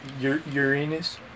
Uranus